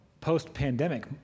post-pandemic